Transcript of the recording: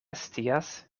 scias